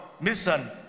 mission